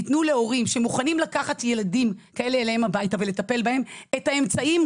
תתנו להורים שמוכנים לקחת את הילדים אליהם הביתה ולטפל בהם את האמצעים,